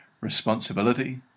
responsibility